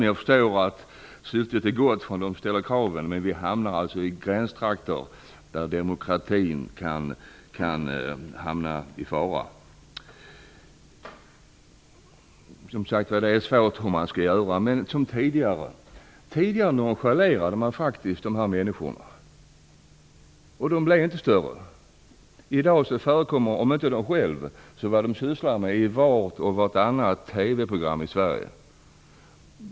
Jag förstår att syftet är gott hos dem som ställer kraven, men vi hamnar i gränstrakter där demokratin kan vara i fara. Det är som sagt svårt att veta vad man skall göra. Tidigare nonchalerade man faktiskt dessa människor. De blev inte större. I dag förekommer om inte de själva så det de sysslar med i vart och vartannat TV program i Sverige.